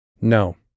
No